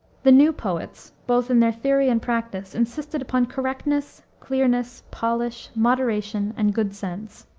the new poets, both in their theory and practice, insisted upon correctness, clearness, polish, moderation, and good sense.